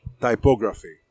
typography